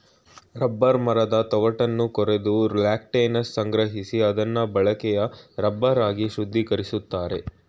rubber ಮರದ ತೊಗಟೆನ ಕೊರ್ದು ಲ್ಯಾಟೆಕ್ಸನ ಸಂಗ್ರಹಿಸಿ ಅದ್ನ ಬಳಕೆಯ ರಬ್ಬರ್ ಆಗಿ ಶುದ್ಧೀಕರಿಸ್ತಾರೆ